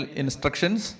instructions